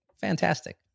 Fantastic